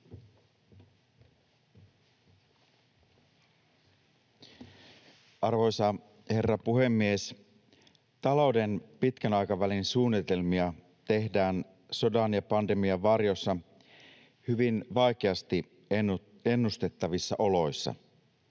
Arvoisa herra puhemies! Talouden pitkän aikavälin suunnitelmia tehdään sodan ja pandemian varjossa hyvin vaikeasti ennustettavissa oloissa.